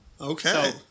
Okay